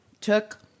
took